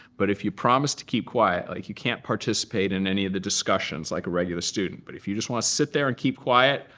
but if you promise to keep quiet like, you can't participate in any of the discussions like a regular student. but if you just want to sit there and keep quiet,